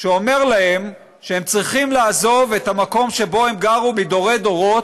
שאומר להם שהם צריכים לעזוב את המקום שבו הם גרו מדורי-דורות,